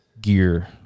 gear